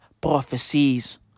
Prophecies